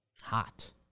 hot